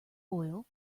oil